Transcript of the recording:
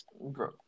bro